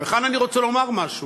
וכאן אני רוצה לומר משהו,